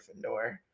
gryffindor